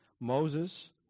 Moses